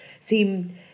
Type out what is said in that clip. seem